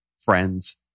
friends